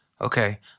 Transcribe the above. Okay